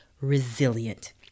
resilient